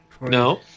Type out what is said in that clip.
No